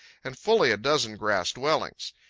and fully a dozen grass dwellings.